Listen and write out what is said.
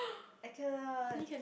I cannot